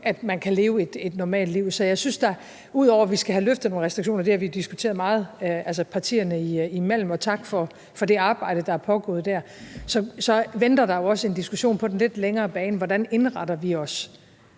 at man kan leve et normalt liv. Så jeg synes, at der, ud over at vi skal have løftet nogle restriktioner – det har vi diskuteret meget partierne imellem, og tak for det arbejde, der har pågået der – også venter en diskussion på den lidt længere bane om, hvordan vi indretter os